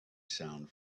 sound